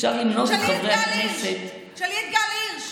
אפשר למנות את חברי הכנסת, תשאלי את גל הירש